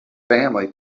family